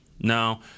No